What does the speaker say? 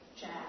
Jack